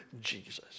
Jesus